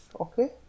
Okay